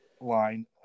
line